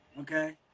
okay